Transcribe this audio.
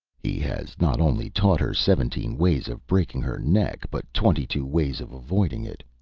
he has not only taught her seventeen ways of breaking her neck, but twenty-two ways of avoiding it.